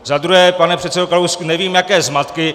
Za druhé, pane předsedo Kalousku, nevím, jaké zmatky.